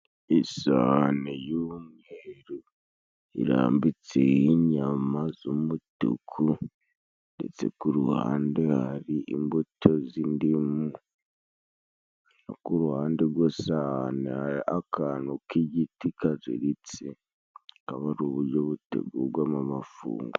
Isahane y'umweru irambitseho inyama z'umutuku, ndetse ku ruhande hari imbuto z'indimu, no ku ruhande rw'isahane hari akantu k'igiti kaziritse, akaba ari uburyo butegugwamo amafunguro.